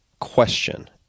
question